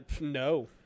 No